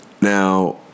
Now